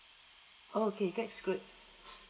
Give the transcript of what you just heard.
okay that's good